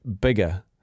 bigger